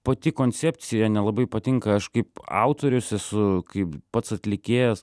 pati koncepcija nelabai patinka aš kaip autorius esu kaip pats atlikėjas